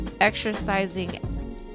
exercising